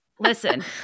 Listen